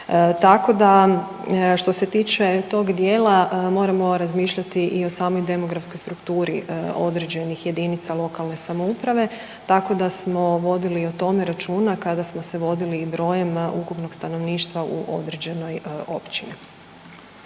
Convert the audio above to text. Tako da što se tiče tog dijela moramo razmišljati i o samoj demografskoj strukturi određenih jedinica lokalne samouprave tako da smo vodili i o tome računa kada smo se vodili i brojem ukupnog stanovništva u određenoj općini.